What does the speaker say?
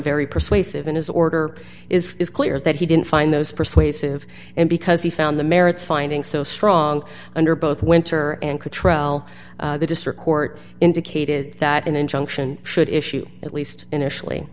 very persuasive in his order is clear that he didn't find those persuasive and because he found the merits finding so strong under both winter and quick trial the district court indicated that an injunction should issue at least initially